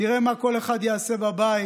נראה מה כל אחד יעשה בבית,